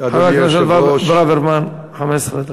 חבר הכנסת ברוורמן, 15 דקות.